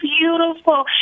beautiful